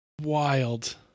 wild